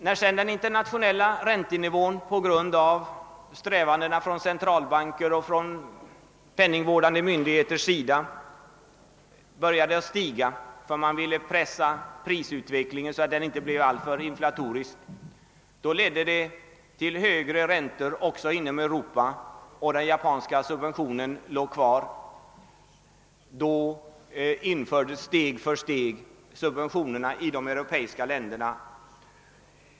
När sedan den internationella räntenivån på grund av strävandena från centralbankers och från penningvårdande myndigheters sida började stiga för att man ville pressa prisutvecklingen så att den inte blev alltför inflatorisk ledde det till höga räntor också inom Europa, men den japanska subventionen bibehölls. Då infördes steg för steg subventioner även i de europeiska länderna.